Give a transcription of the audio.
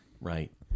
Right